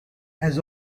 has